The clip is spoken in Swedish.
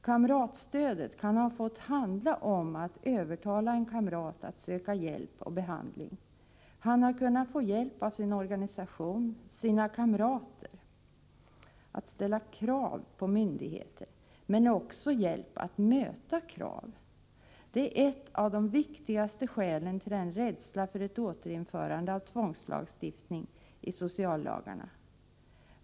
Kamratstödet kan handla om att övertala en kamrat att söka hjälp och behandling. Han har kunnat få hjälp av sin organisation — sina kamrater — att ställa krav på myndigheter, men också hjälp att möta krav. Detta är ett av de viktigaste skälen till rädslan för ett återinförande av tvångslagstiftning i sociallagarna.